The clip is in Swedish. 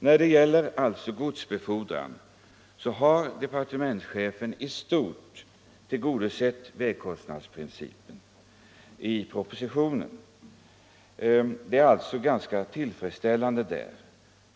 När det gäller godsbefordran har departementschefen i stort tillgodosett vägkostnadsprincipen, och på den punkten är alltså propositionen ganska tillfredsställande.